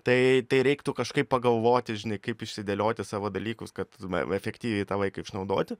tai tai reiktų kažkaip pagalvoti žinai kaip išsidėlioti savo dalykus kad efektyviai tą laiką išnaudoti